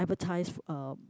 advertise uh